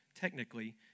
technically